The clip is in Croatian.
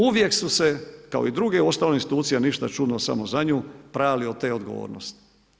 Uvijek su se kao i druge uostalom institucije, ništa čudno samo za nju, prali od te odgovornosti.